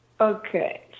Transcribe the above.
Okay